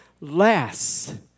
less